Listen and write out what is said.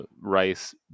rice